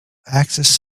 access